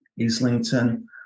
Islington